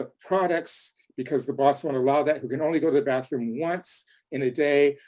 ah products, because the boss won't allow that who can only go to the bathroom once in a day,